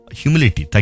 humility